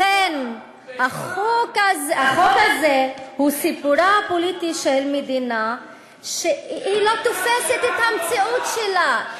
לכן החוק הזה הוא סיפורה הפוליטי של מדינה שלא תופסת את המציאות שלה.